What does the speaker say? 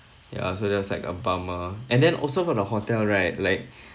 ya also that's like a bummer and then also from the hotel right like